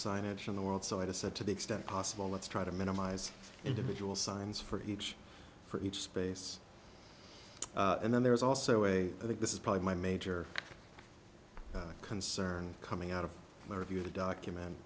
signage in the world so i decide to the extent possible let's try to minimize individual signs for each for each space and then there is also a way i think this is probably my major concern coming out of the review the document